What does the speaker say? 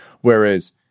Whereas